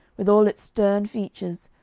with all its stern features,